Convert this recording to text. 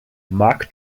mark